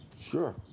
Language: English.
Sure